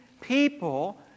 people